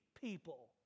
people